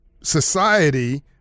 society